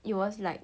it was like